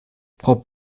frau